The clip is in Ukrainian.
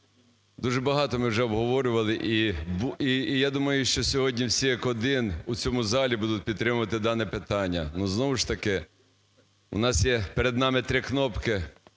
Дуже багато ми вже обговорювали, і, я думаю, що сьогодні всі як один в цьому залі будуть підтримувати дане питання. Ну, знову ж таки у нас є перед нами 3 кнопки